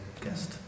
guest